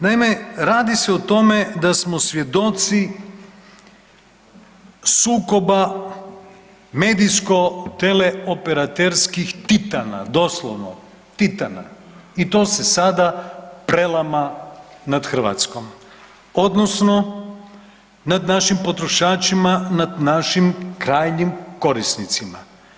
Naime, radi se o tome da smo svjedoci sukoba medijsko-teleoperaterskih titana, doslovno titana i to se sada prelama nad Hrvatskom, odnosno nad našim potrošačima, nad našim krajnjim korisnicima.